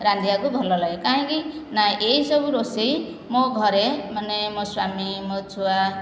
ରାନ୍ଧିବାକୁ ଭଲ ଲାଗେ କାହିଁକି ନା ଏହିସବୁ ରୋଷେଇ ମୋ ଘରେ ମାନେ ମୋ ସ୍ୱାମୀ ମୋ ଛୁଆ